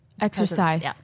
exercise